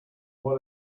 why